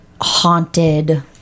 haunted